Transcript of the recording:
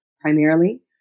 primarily